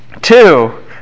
Two